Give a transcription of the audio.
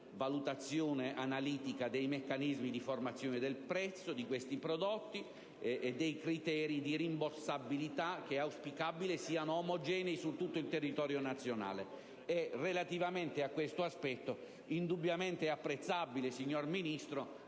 valutazione analitica dei meccanismi di formazione del prezzo di questi prodotti e dei criteri di rimborsabilità, che è auspicabile siano omogenei su tutto il territorio nazionale. Relativamente a questo aspetto, è indubbiamente apprezzabile, signor Ministro,